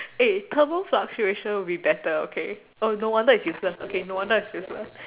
eh thermal fluctuation will be better okay oh no wonder it's useless no wonder it's useless